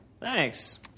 Thanks